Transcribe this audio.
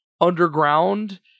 underground